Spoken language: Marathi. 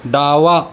डावा